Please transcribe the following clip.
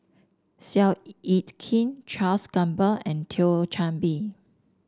Seow Yit Kin Charles Gamba and Thio Chan Bee